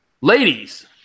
Ladies